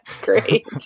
great